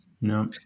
No